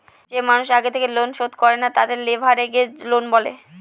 যে মানুষের আগে থেকে লোন শোধ করে না, তাদেরকে লেভেরাগেজ লোন বলে